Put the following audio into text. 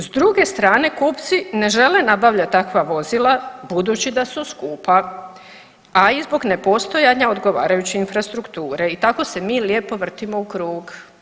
S druge strane, kupci ne žele nabavljati takva vozila budući da su skupa, a i zbog nepostojanja odgovarajuće infrastrukture i tako se mi lijepo vrtimo u krug.